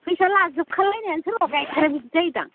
फैसा लाजोबखालायनायानो सोरबा गाइखेरा बिदि जायोदा